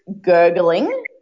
gurgling